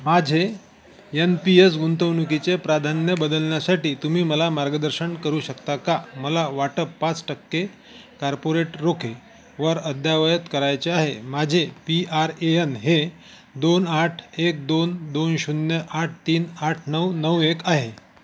माझे N P S गुंतवणुकीचे प्राधान्य बदलण्यासाठी तुम्ही मला मार्गदर्शन करू शकता का मला वाटप पाच टक्के कार्पोरेट रोखे वर अद्यावयत करायचे आहे माझे पी आर ए यन हे दोन आठ एक दोन दोन शून्य आठ तीन आठ नऊ नऊ एक आहे